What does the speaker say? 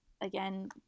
again